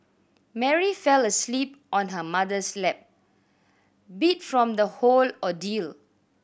Mary fell asleep on her mother's lap beat from the whole ordeal